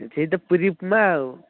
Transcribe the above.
ସେହି ତ ପୁରୀ ଉପମା ଆଉ